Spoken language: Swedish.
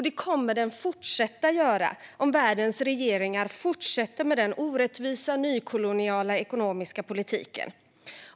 Det kommer den att fortsätta göra om världens regeringar fortsätter med den orättvisa, nykoloniala ekonomiska politiken.